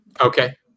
okay